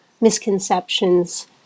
misconceptions